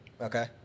Okay